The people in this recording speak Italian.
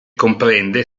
comprende